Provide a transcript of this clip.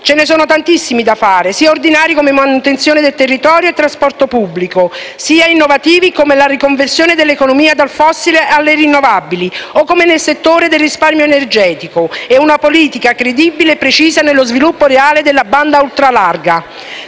Ce ne sono tantissimi da fare, sia ordinari come la manutenzione del territorio e nel trasporto pubblico, sia innovativi come la riconversione dell'economia dal fossile alle rinnovabili, o come nel settore del risparmio energetico, e una politica credibile e precisa nello sviluppo reale della banda ultralarga.